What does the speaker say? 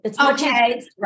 Okay